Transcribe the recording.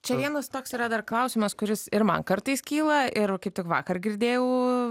čia vienas toks yra dar klausimas kuris ir man kartais kyla ir kaip tik vakar girdėjau